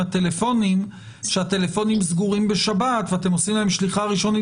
הטלפונים שהטלפונים סגורים בשבת ואתם עושים להם שליחה ראשונית